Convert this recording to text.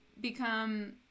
become